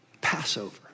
Passover